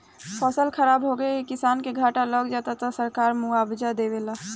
फसल खराब होखे से किसान के घाटा लाग जाला त सरकार मुआबजा देवेला